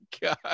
God